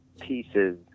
pieces